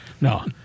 No